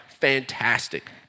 fantastic